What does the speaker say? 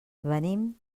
venim